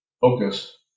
focus